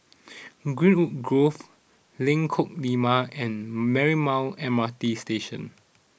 Greenwood Grove Lengkok Lima and Marymount M R T Station